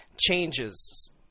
changes